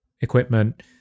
equipment